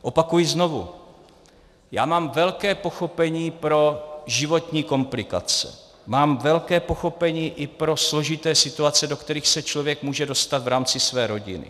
Opakuji znovu, já mám velké pochopení pro životní komplikace, mám velké pochopení i pro složité situace, do kterých se člověk může dostat v rámci své rodiny.